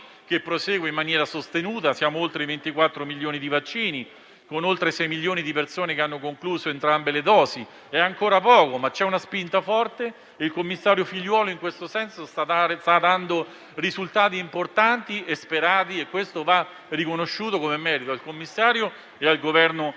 che prosegue in maniera sostenuta. Siamo, infatti, a oltre 24 milioni di vaccini, con oltre 6 milioni di persone che hanno concluso il ciclo. È ancora poco, ma c'è una spinta forte e il commissario Figliuolo in questo senso sta ottenendo risultati importanti e sperati e ciò va riconosciuto come merito sia a lui che al Governo che lo